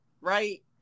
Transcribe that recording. right